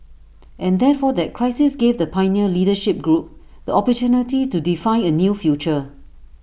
and therefore that crisis gave the pioneer leadership group the opportunity to define A new future